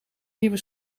nieuwe